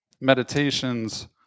meditations